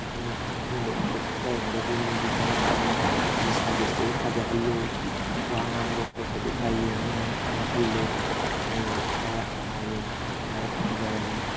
ꯃꯇꯨꯡ ꯃꯇꯨꯡꯗ ꯏꯝꯄ꯭ꯔꯨꯕ ꯂꯩꯔꯒꯗꯤ ꯃꯤꯁꯨ ꯆꯪꯉꯛꯀꯅꯤ ꯅꯣꯏ ꯁꯥꯔꯕꯤꯁꯇꯨꯁꯨ ꯐꯖꯍꯜꯂꯨ ꯋꯥ ꯉꯥꯡꯕ ꯈꯣꯠꯄꯗꯨ ꯈꯔ ꯌꯦꯡꯉ ꯉꯥꯡꯍꯜꯂꯨ ꯅꯣꯏꯁꯤ ꯈꯔ ꯍꯥꯏꯌꯨ ꯌꯥꯔꯦ ꯊꯝꯖꯔꯒꯦ